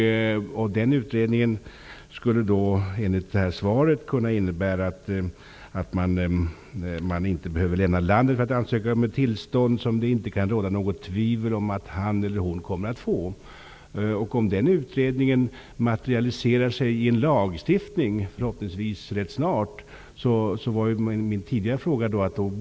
Den utredningen skulle enligt svaret kunna medföra att människor inte skall behöva lämna landet för att ansöka om ett tillstånd som det inte kan råda något tvivel om att de kommer att få. Den utredningen kanske materialiserar sig i en lagstiftning, förhoppningsvis ganska snart.